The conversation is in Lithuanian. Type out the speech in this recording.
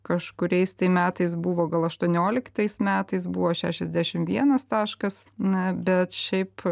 kažkuriais metais buvo gal aštuonioliktais metais buvo šešiasdešim vienas taškas na bet šiaip